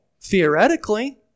theoretically